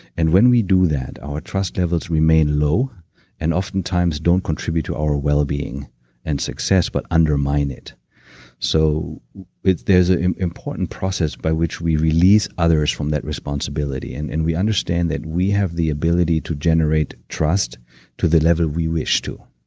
and when we do that, our trust levels remain low and oftentimes don't contribute to our well-being and success but undermine it so it there's an important process by which we release others from that responsibility, and and we understand that we have the ability to generate trust to the level we wish to.